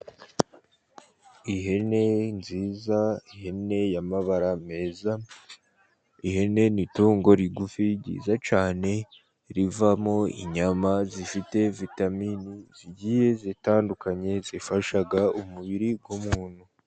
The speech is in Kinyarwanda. Ihene nziza, ihene y'amabara meza ,ihene ni itungo rigufi ryiza cyane, rivamo inyama zifite vitamini zigiye zitandukanye ,zifasha umubiri w'umuntu.